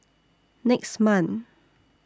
next month